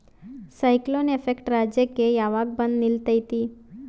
Cyclone effect ರಾಜ್ಯಕ್ಕೆ ಯಾವಾಗ ಬಂದ ನಿಲ್ಲತೈತಿ?